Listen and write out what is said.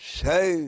say